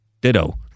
Ditto